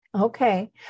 Okay